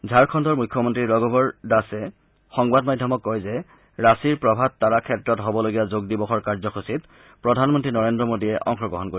ঝাৰকণ্ডৰ মুখ্যমন্ত্ৰী ৰঘুবৰ দাসে সংবাদ মাধ্যমক কয় যে ৰাঁচীৰ প্ৰভাত তাৰা ক্ষেত্ৰত হ'বলগীয়া যোগ দিৱসৰ কাৰ্যসূচীত প্ৰধানমন্ত্ৰী নৰেন্দ্ৰ মোদীয়ে অংশগ্ৰহণ কৰিব